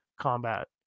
combat